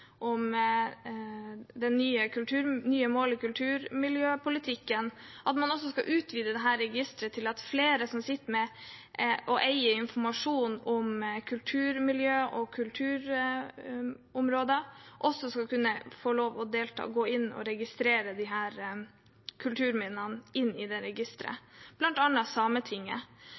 skal utvide dette registeret, slik at flere som eier informasjon om kulturmiljøer og kulturområder, skal kunne få lov til å delta og gå inn og registrere disse kulturminnene i det registeret. Dette gjelder bl.a. Sametinget,